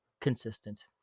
consistent